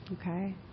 Okay